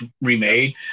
remade